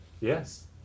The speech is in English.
Yes